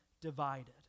divided